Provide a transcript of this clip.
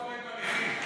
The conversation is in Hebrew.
מה קורה עם הנכים?